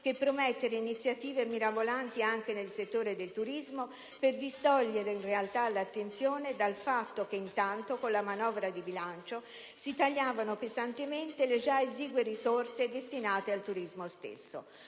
che promettere iniziative mirabolanti anche nel settore del turismo, per distogliere in realtà l'attenzione dal fatto che intanto, con la manovra di bilancio, si tagliavano pesantemente le già esigue risorse destinate al turismo stesso.